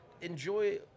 enjoy –